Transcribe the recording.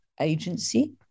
agency